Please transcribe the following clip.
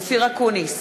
אופיר אקוניס,